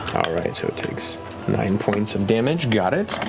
right, so it takes nine points of damage. got it.